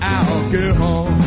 alcohol